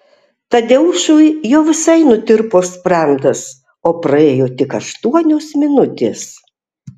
tadeušui jau visai nutirpo sprandas o praėjo tik aštuonios minutės